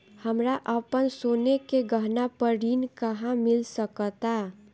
हमरा अपन सोने के गहना पर ऋण कहां मिल सकता?